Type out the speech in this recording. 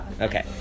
okay